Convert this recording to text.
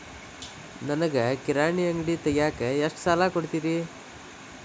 ನನಗ ಕಿರಾಣಿ ಅಂಗಡಿ ತಗಿಯಾಕ್ ಎಷ್ಟ ಸಾಲ ಕೊಡ್ತೇರಿ?